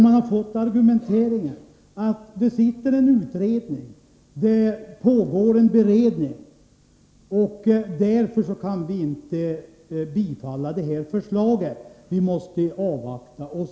Man har mötts av argumenteringen att det sitter en utredning eller pågår en beredning, varför förslaget inte kan bifallas utan man måste avvakta.